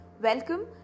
Welcome